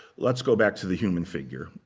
let's go back to the human figure.